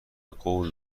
قول